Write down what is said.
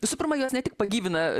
visų pirma jos ne tik pagyvina